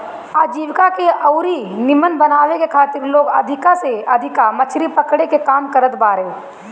आजीविका के अउरी नीमन बनावे के खातिर लोग अधिका से अधिका मछरी पकड़े के काम करत बारे